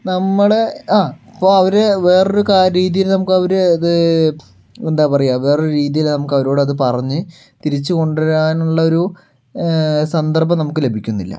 നമ്മൾ ആ ഇപ്പോൾ അവർ വേറൊരു രീതിയിൽ നമുക്ക് അവരെ അത് എന്താ പറയുക വേറെ ഒരു രീതിയിൽ നമുക്ക് അവരോട് അത് പറഞ്ഞ് തിരിച്ച് കൊണ്ടുവരാനുള്ളൊരു സന്ദർഭം നമുക്ക് ലഭിക്കുന്നില്ല